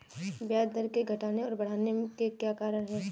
ब्याज दर के घटने और बढ़ने के क्या कारण हैं?